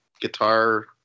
guitar